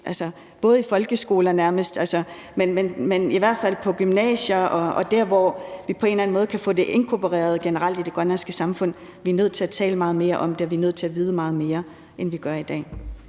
– både i folkeskolerne, men i hvert fald på gymnasier og dér, hvor vi på en eller anden måde kan få det inkorporeret generelt i det grønlandske samfund. Vi er nødt til at tale meget mere om det, og vi er nødt til at vide meget mere, end vi gør i dag